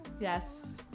Yes